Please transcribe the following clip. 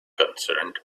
concerned